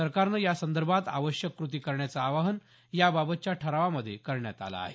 सरकारनं यासंदर्भात आवश्यक कृती करण्याचं आवाहन याबाबतच्या ठरावामध्ये करण्यात आलं आहे